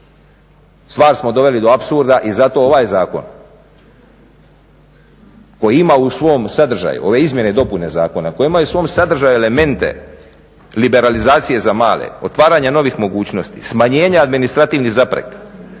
Stvar smo donijeli do apsurda i zato ovaj zakon koji ima u svom sadržaju elemente liberalizacije za male, otvaranja novih mogućnosti, smanjenja administrativnih zapreka,